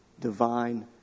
Divine